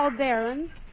Baron